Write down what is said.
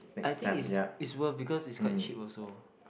I think is it's worth because it's quite cheap also